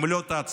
אם לא תעצרו.